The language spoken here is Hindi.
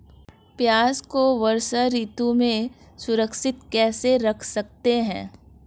प्याज़ को वर्षा ऋतु में सुरक्षित कैसे रख सकते हैं?